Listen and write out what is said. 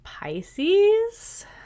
Pisces